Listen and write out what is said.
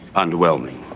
underwhelming.